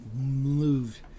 moved